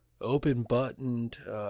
Open-buttoned